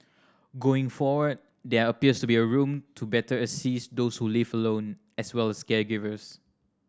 going forward there appears to be room to better assist those who live alone as well as caregivers